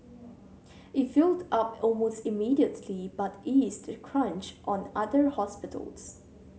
it filled up almost immediately but eased the crunch on other hospitals